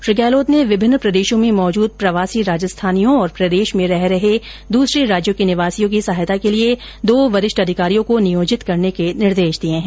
श्री गहलोत ने विभिन्न प्रदेशों में मौजूद प्रवासी राजस्थानियों और प्रदेश में रह रहे दूसरे राज्यों के निवासियों की सहायता के लिए दो वरिष्ठ अधिकारियों को नियोजित करने के निर्देश दिए है